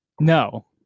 No